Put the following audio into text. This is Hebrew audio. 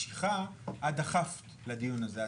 במשיכה, את דחפת לדיון הזה.